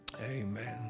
amen